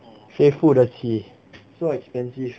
谁付得起 so expensive